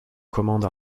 commande